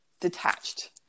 detached